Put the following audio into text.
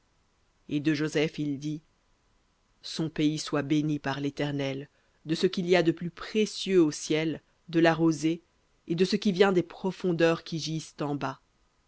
et de joseph il dit son pays soit béni par l'éternel de ce qu'il y a de plus précieux au ciel de la rosée et des profondeurs qui gisent en bas